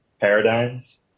paradigms